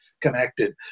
connected